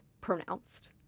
pronounced